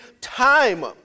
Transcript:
time